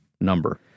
number